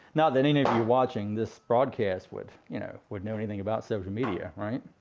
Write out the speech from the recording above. not that any of you watching this broadcast would you know would know anything about social media, right.